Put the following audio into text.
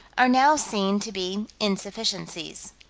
are now seen to be insufficiencies.